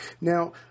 Now